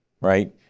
right